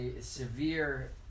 severe